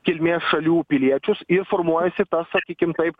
kilmės šalių piliečius ir formuojasi tas sakykim kaip